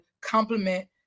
complement